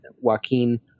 Joaquin